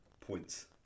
points